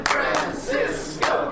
Francisco